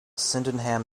sydenham